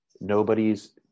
Nobody's